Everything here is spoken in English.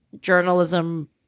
journalism